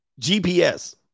gps